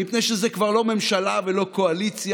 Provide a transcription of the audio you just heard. מפני שזה כבר לא ממשלה ולא קואליציה,